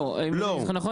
הזה.